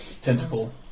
tentacle